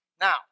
Now